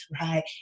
Right